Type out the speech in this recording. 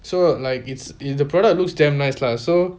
so like it's in the product looks damn nice lah so